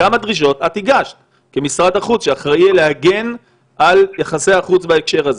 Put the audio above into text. כמה דרישות הגשת כמשרד החוץ שאחראי להגן על יחסי החוץ בהקשר הזה?